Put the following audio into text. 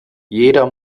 jeder